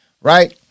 Right